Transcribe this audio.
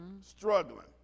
struggling